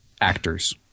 Actors